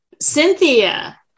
Cynthia